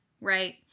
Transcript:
right